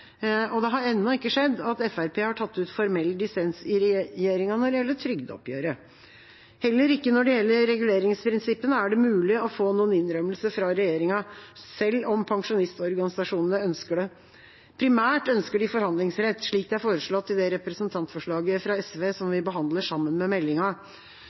Fremskrittspartiet. Det har ennå ikke skjedd at Fremskrittspartiet har tatt ut formell dissens i regjeringa når det gjelder trygdeoppgjøret. Heller ikke når det gjelder reguleringsprinsippene, er det mulig å få noen innrømmelser fra regjeringa, selv om pensjonistorganisasjonene ønsker det. Primært ønsker de forhandlingsrett, slik det er foreslått i det representantforslaget fra SV som vi behandler sammen med meldinga.